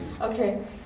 Okay